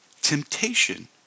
Temptation